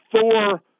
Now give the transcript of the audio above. Thor